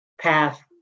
path